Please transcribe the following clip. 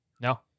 No